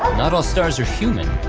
not all stars are human.